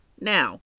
Now